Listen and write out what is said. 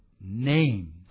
name's